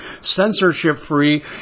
censorship-free